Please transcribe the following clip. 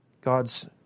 God's